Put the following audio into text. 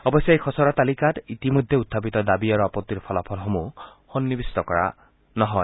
অৱশ্যে এই খচৰা তালিকাত ইতিমধ্যে উখাপিত দাবী আৰু আপত্তিৰ ফলাফলসমূহ সন্নিবিষ্ট কৰা নহয়